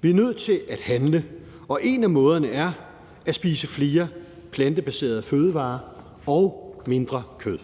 Vi er nødt til at handle, og en af måderne er at spise flere plantebaserede fødevarer og mindre kød.